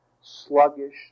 sluggish